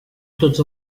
tots